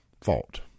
fault